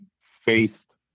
faced